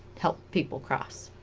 help people cross